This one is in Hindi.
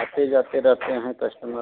आते जाते रहते हैं कस्टमर